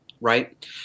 right